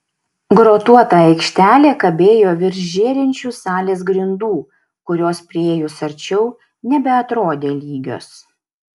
grotuota aikštelė kabėjo virš žėrinčių salės grindų kurios priėjus arčiau nebeatrodė lygios